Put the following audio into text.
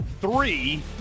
three